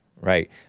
Right